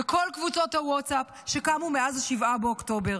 -- עשרות אלפי אימהות בכל קבוצות הוואטסאפ שקמו מאז 7 באוקטובר.